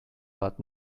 but